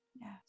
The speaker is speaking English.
Yes